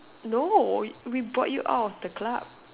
no we bought you out of the club